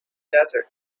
desert